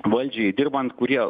valdžiai dirbant kurie